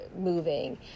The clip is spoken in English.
moving